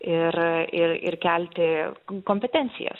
ir ir ir kelti kompetencijas